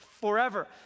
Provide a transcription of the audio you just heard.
forever